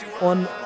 On